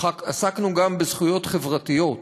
עסקנו גם בזכויות חברתיות: